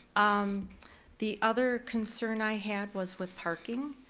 um the other concern i had was with parking.